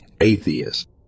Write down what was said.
atheist